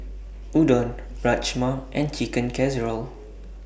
Udon Rajma and Chicken Casserole